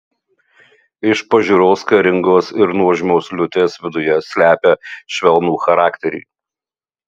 iš pažiūros karingos ir nuožmios liūtės viduje slepia švelnų charakterį